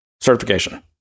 certification